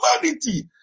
humanity